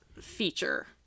feature